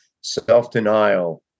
self-denial